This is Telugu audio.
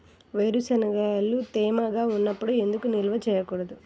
వేరుశనగలు తేమగా ఉన్నప్పుడు ఎందుకు నిల్వ ఉంచకూడదు?